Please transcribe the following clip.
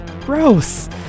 Gross